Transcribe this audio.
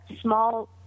small